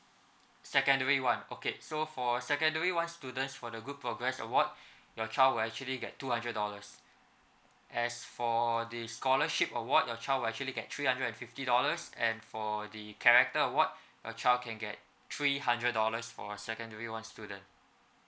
secondary one okay so for secondary one students for the good progress award your child will actually get two hundred dollars as for the scholarship award your child will actually get three hundred and fifty dollars and for the character award your child can get three hundred dollars for a secondary one student